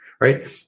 Right